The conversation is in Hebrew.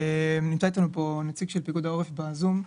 נמצא איתנו נציג של פיקוד העורף בזום.